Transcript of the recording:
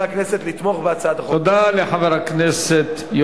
חברי הכנסת,